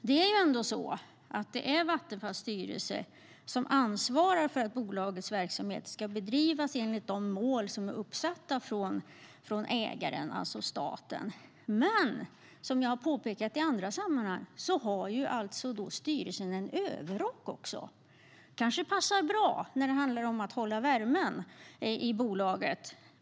Det är ändå Vattenfalls styrelse som ansvarar för att bolagets verksamhet bedrivs enligt de mål som är uppsatta av ägaren, alltså staten. Men som jag har påpekat i andra sammanhang har styrelsen också en överrock. Det kanske passar bra när det handlar om att hålla värmen i bolaget.